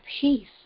peace